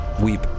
Weep